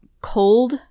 cold